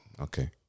Okay